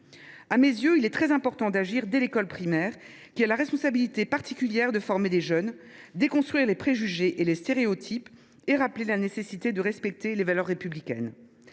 À mes yeux, il est très important d’agir dès l’école primaire, qui a la responsabilité particulière de former les jeunes, de déconstruire les préjugés et les stéréotypes et de rappeler la nécessité de respecter les valeurs républicaines.